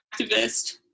activist